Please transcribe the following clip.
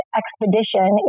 expedition